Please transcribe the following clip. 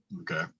okay